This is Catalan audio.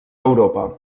europa